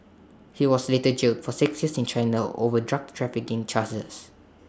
he was later jailed for six years in China over drug trafficking charges